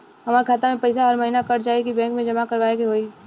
हमार खाता से पैसा हर महीना कट जायी की बैंक मे जमा करवाए के होई?